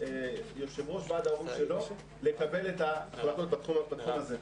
יושב-ראש ועד ההורים שלו לקבל את ההחלטות בתחום הזה.